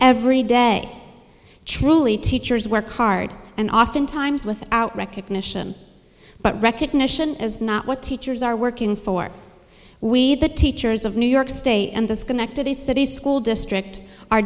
every day truly teachers work hard and often times without recognition but recognition as not what teachers are working for we the teachers of new york state and the schenectady city school district are